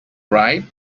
right